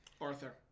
Arthur